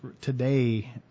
today